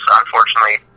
unfortunately